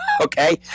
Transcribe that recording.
Okay